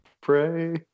Pray